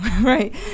right